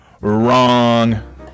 WRONG